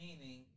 Meaning